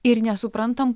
ir nesuprantam